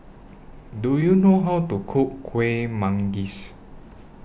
Do YOU know How to Cook Kuih Manggis